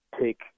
take